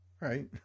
right